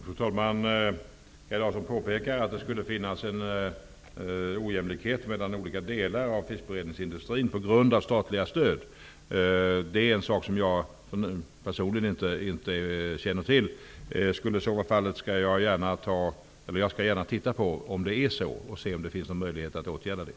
Fru talman! Kaj Larsson påpekar att det skulle finnas en ojämlikhet mellan olika delar av fiskberedningsindustrin på grund av statliga stöd. Det är en sak som jag personligen inte känner till. Jag kan gärna se över om det är så och om det finns någon möjlighet att åtgärda det.